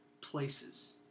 places